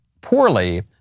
poorly